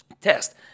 test